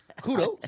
kudos